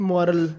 Moral